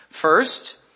First